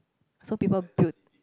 so people put